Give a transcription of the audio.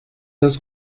dos